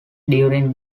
during